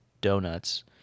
donuts